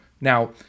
Now